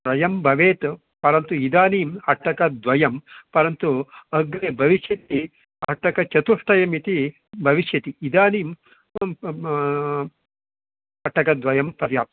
द्वयं भवेत् परन्तु इदानीम् अट्टकद्वयं परन्तु अग्रे भविष्यति अट्टकचतुष्टयमिति भविष्यति इदानीम् अट्टकद्वयं पर्याप्तम्